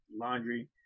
laundry